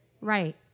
Right